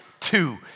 Two